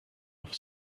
off